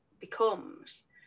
becomes